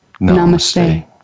Namaste